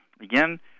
Again